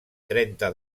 trenta